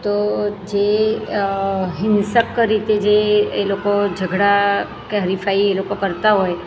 તો જે હિંસક રીતે જે એ લોકો ઝગડા કે હરીફાઈ એ લોકો કરતાં હોય